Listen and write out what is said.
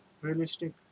realistic